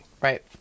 Right